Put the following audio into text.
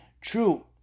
true